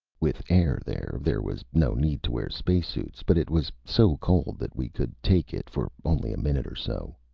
with air there there was no need to wear space suits, but it was so cold that we could take it for only a minute or so.